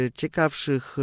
ciekawszych